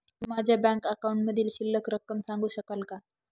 माझ्या बँक अकाउंटमधील शिल्लक रक्कम सांगू शकाल का?